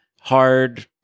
hard